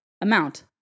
amount